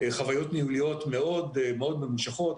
חוויות ניהוליות מאוד מאוד ממושכות.